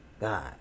God